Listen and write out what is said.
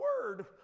word